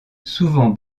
souvent